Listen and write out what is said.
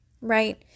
right